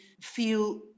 feel